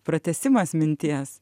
pratęsimas minties